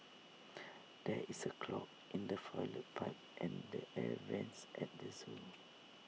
there is A clog in the Toilet Pipe and the air Vents at the Zoo